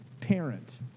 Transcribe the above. parent